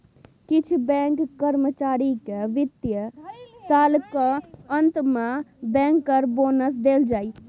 किछ बैंक कर्मचारी केँ बित्तीय सालक अंत मे बैंकर बोनस देल जाइ